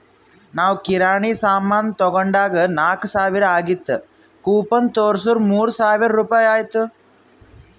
ನಾವ್ ಕಿರಾಣಿ ಸಾಮಾನ್ ತೊಂಡಾಗ್ ನಾಕ್ ಸಾವಿರ ಆಗಿತ್ತು ಕೂಪನ್ ತೋರ್ಸುರ್ ಮೂರ್ ಸಾವಿರ ರುಪಾಯಿ ಆಯ್ತು